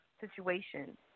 situation